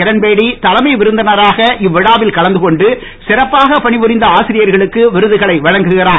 கிரண்பேடி தலைமை விருந்தினராக இவ்விழாவில் கலந்து கொண்டு சிறப்பாக பணிபுரிந்த ஆசிரியர்களுக்கு விருதுகளை வழங்குகிறார்